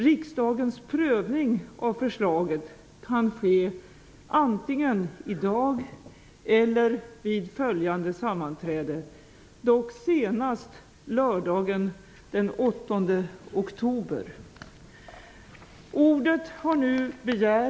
Riksdagens prövning av förslaget kan ske antingen i dag eller vid följande sammanträde, dock senast lördagen den 8 oktober.